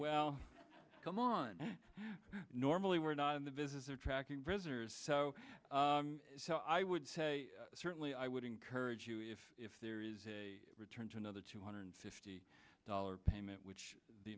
well come on normally we're not in the business or tracking prisoners so i would say certainly i would encourage you if if there is a return to another two hundred fifty dollars payment which the